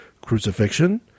crucifixion